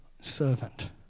servant